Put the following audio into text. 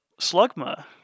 Slugma